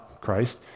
Christ